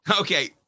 Okay